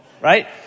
Right